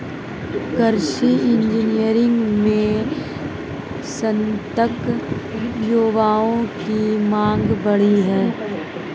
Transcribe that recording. कृषि इंजीनियरिंग में स्नातक युवाओं की मांग बढ़ी है